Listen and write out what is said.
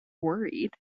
worried